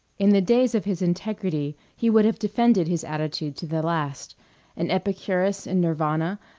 in the days of his integrity he would have defended his attitude to the last an epicurus in nirvana,